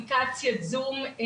בקטינים, דרך אפליקציית זום.